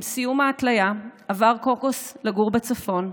עם סיום ההתליה עבר קורקוס לגור בצפון,